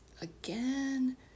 again